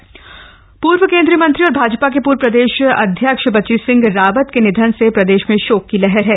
बची सिंह रावत पूर्व केंद्रीय मंत्री और भाजपा के पूर्व प्रदेश अध्यक्ष बची सिंह रावत के निधन से प्रदेश में शोक की लहर है